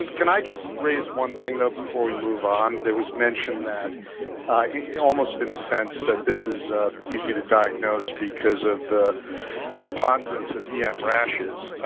and can i just raise one thing, though, before we move on? there was mention that almost, in a sense, that this is easy to diagnose because of the preponderance of em rashes.